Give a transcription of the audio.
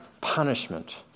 punishment